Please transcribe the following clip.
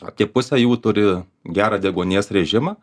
apie pusę jų turi gerą deguonies režimą